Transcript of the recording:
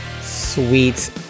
Sweet